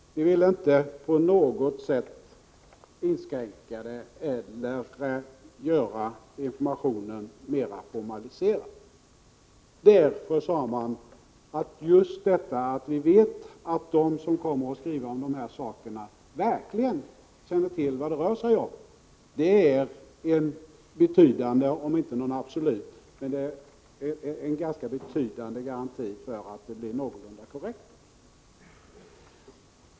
De ville inte på något sätt inskränka det eller göra informationen mera formaliserad. Just detta, sade de, att vi vet att de som kommer att skriva om dessa saker verkligen känner till vad det rör sig om är en ganska betydande — om än inte absolut — garanti för att informationen blir någorlunda korrekt.